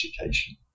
education